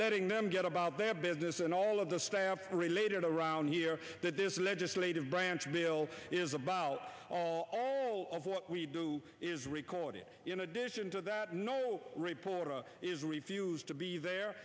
letting them get about their business and all of the staff related around here that this legislative branch bill is about all of what we do is record it in addition to that no reporter is refused to be there